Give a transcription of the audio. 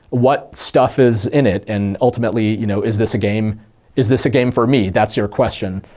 what stuff is in it, and ultimately, you know, is this a game is this a game for me? that's your question.